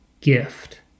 gift